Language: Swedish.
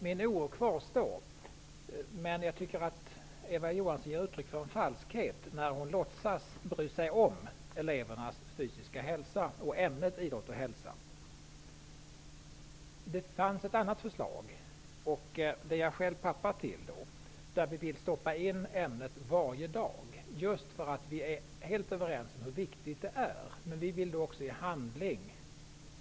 Min oro kvarstår. Eva Johansson ger uttryck för en falskhet när hon låtsas bry sig om elevernas fysiska hälsa och ämnet idrott och hälsa. Det finns ett annat förslag. Det är jag själv pappa till. Det innebär att ämnet skall stoppas in varje dag. Vi är överens om att ämnet är mycket viktigt, men Ny demokrati vill också visa det i handling.